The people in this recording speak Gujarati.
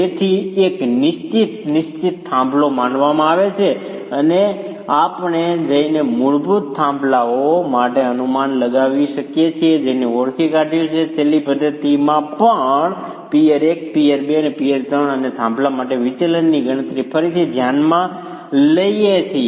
તેથી આ એક નિશ્ચિત નિશ્ચિત થાંભલો માનવામાં આવે છે અને પછી આપણે જઈને મૂળ થાંભલાઓ માટે અનુમાન લગાવી શકીએ છીએ જેણે ઓળખી કાઢ્યું છે છેલ્લી પદ્ધતિમાં પણ પિઅર 1 પિઅર 2 અને પિઅર 3 અને તે થાંભલા માટેના વિચલનની ગણતરી ફરીથી ધ્યાનમાં લઈએ છીએ